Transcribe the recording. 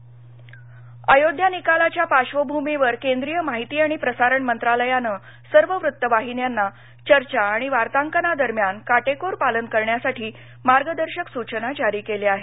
मार्गदर्शक सुचना अयोध्या निकालाच्या पार्श्वभूमीवर केंद्रीय माहिती आणि प्रसारण मंत्रालयानं सर्व वृत्त वाहिन्यांना चर्चा आणि वार्तांकनादरम्यान काटेकोर पालन करण्यासाठी मार्गदर्शक सूचना जारी केल्या आहेत